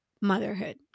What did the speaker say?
motherhood